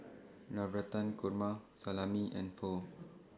Navratan Korma Salami and Pho